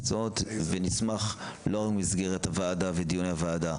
נשמח, ולא רק במסגרת דיוני הוועדה,